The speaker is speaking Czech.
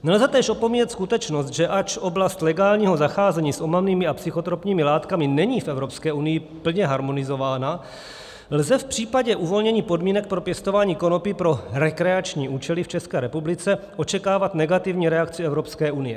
Nelze též opomíjet skutečnost, že ač oblast legálního zacházení s omamnými a psychotropními látkami není v Evropské unii plně harmonizována, lze v případě uvolnění podmínek pro pěstování konopí pro rekreační účely v České republice očekávat negativní reakci Evropské unie.